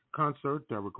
concert